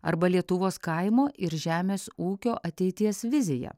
arba lietuvos kaimo ir žemės ūkio ateities viziją